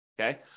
Okay